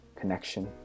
connection